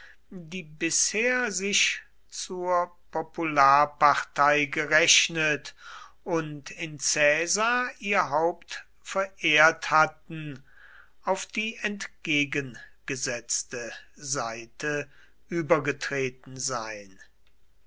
die bisher sich zur popularpartei gerechnet und in caesar ihr haupt verehrt hatten auf die entgegengesetzte seite übergetreten sein